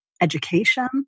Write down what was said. education